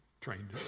trained